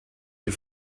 sie